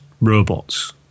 robots